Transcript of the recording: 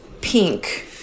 pink